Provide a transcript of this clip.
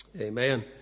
Amen